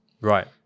Right